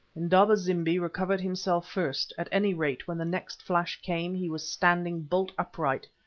indaba-zimbi recovered himself first at any rate when the next flash came he was standing bolt upright,